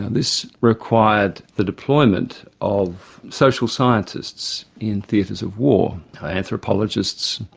this required the deployment of social scientists in theatres of war anthropologists,